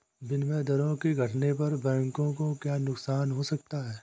विनिमय दरों के घटने पर बैंकों को क्या नुकसान हो सकते हैं?